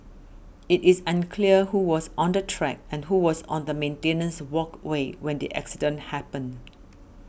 it is unclear who was on the track and who was on the maintenance walkway when the accident happened